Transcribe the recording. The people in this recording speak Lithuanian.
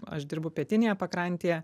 aš dirbu pietinėje pakrantėje